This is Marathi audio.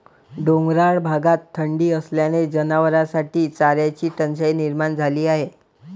डोंगराळ भागात थंडी असल्याने जनावरांसाठी चाऱ्याची टंचाई निर्माण झाली आहे